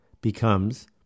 becomes